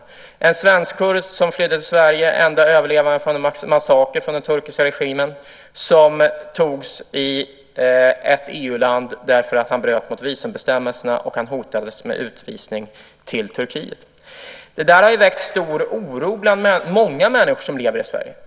Han är en svensk kurd som flydde till Sverige som enda överlevande i en massaker av den turkiska regimen och som togs i ett EU-land därför att han bröt mot visumbestämmelserna, och han hotades med utvisning till Turkiet. Det där har väckt stor oro bland många människor som lever i Sverige.